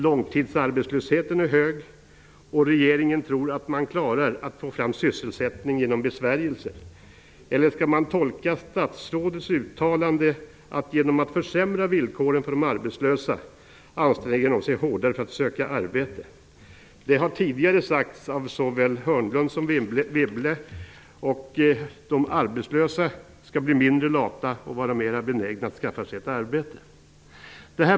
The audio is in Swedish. Långtidsarbetslösheten är hög, och regeringen tror att man klarar att få fram sysselsättning genom besvärjelser. Eller skall man tolka statsrådets uttalande så, att genom att försämra villkoren för de arbetslösa, anstränger de sig hårdare för att söka arbete? Det har tidigare sagts av såväl Hörnlund som Wibble -- de arbetslösa skall bli mindre lata och vara mer benägna att skaffa sig ett arbete.